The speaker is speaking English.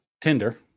Tinder